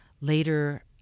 later